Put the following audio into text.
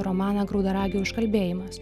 romaną graudaragio užkalbėjimas